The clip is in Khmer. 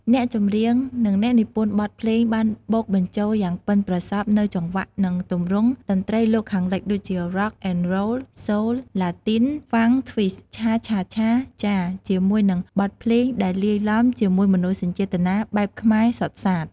អ្នកចម្រៀង និងអ្នកនិពន្ធបទភ្លេងបានបូកបញ្ចូលយ៉ាងប៉ិនប្រសប់នូវ ចង្វាក់ និងទម្រង់តន្ត្រីលោកខាងលិច ដូចជា Rock and Roll Soul Latin Funk Twist Cha-cha-cha Jazz ជាមួយនឹងបទភ្លេង ដែលលាយទ្បំជាមួយមនោសញ្ចេតនាបែបខ្មែរសុទ្ធសាធ។